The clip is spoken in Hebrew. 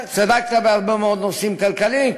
צדקת בהרבה מאוד נושאים כלכליים,